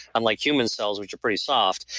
unlike human cells which are pretty soft,